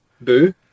boo